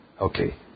Okay